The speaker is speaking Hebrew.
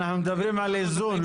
אנחנו מדברים על איזון,